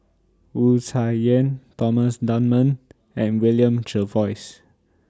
Wu Tsai Yen Thomas Dunman and William Jervois